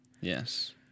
Yes